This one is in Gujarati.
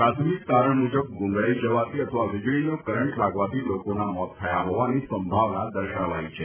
પ્રાથમિક તારણ મુજબ ગુંગળાઈ જવાથી અથવા વીજળીનો કરંટ લાગવાથી લોકોના મોત થયા હોવાની સંભાવના દર્શાવાઈ છે